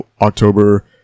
October